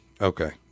okay